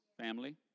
family